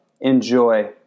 Enjoy